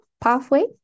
pathway